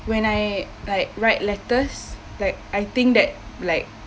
when I like write letters like I think that like